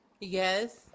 Yes